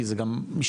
כי זה גם משתנה.